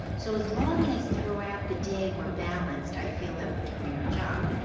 so as long as throughout the day we're balanced, i feel that we're doing our job.